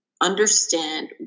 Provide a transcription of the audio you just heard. understand